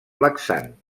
laxant